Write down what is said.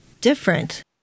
different